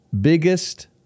biggest